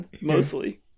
mostly